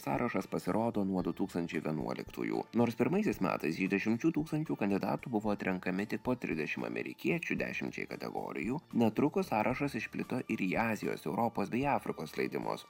sąrašas pasirodo nuo du tūkstančiai vienuoliktųjų nors pirmaisiais metais jį dešimčių tūkstančių kandidatų buvo atrenkami tik po trisdešim amerikiečių dešimčiai kategorijų netrukus sąrašas išplito ir į azijos europos bei afrikos leidimus